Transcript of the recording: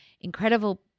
incredible